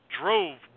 drove